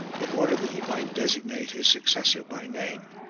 in order that he might designate his successor by name.